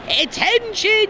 attention